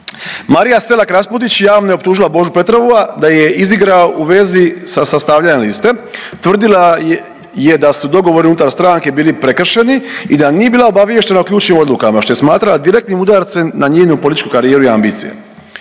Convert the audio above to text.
Marija Selak-Raspudić javno je optužila Božu Petrova da je izigrao u vezi sa sastavljanjem liste. Tvrdila je da su dogovori unutar stranke bili prekršeni i da nije bila obaviještena o ključnim odlukama što je smatrala direktnim udarcem na njenu političku karijeru i ambicije.